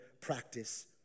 practice